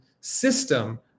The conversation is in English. system